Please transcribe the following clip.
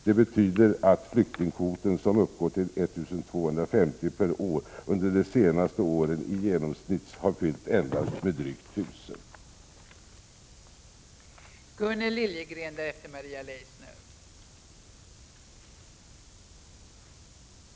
Det betyder att flyktingkvoten, som uppgår till 1 250 per år, under de senaste åren i genomsnitt endast har fyllts med drygt 1 000 personer.